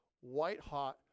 white-hot